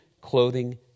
clothing